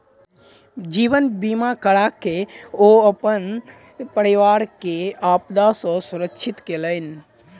जीवन बीमा कराके ओ अपन परिवार के आपदा सॅ सुरक्षित केलैन